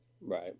Right